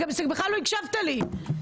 גם לא הקשבת לי בכלל.